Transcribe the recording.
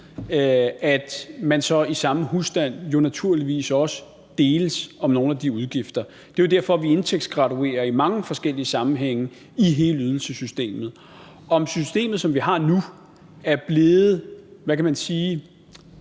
i den samme husstand – jo så naturligvis også deles om nogle af de udgifter. Det er jo derfor, vi indtægtsgraduerer i mange forskellige sammenhænge i hele ydelsessystemet. Om systemet, som vi har nu, hvad kan man sige,